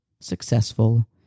successful